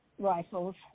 rifles